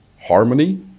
harmony